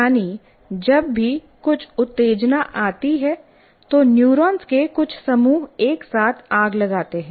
यानी जब भी कुछ उत्तेजना आती है तो न्यूरॉन्स के कुछ समूह एक साथ आग लगाते हैं